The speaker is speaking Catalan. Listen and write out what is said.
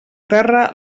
terra